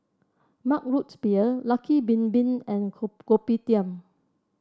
Mug Root Beer Lucky Bin Bin and Kopitiam